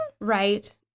Right